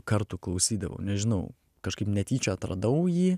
kartų klausydavau nežinau kažkaip netyčia atradau jį